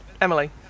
Emily